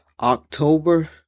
October